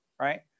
right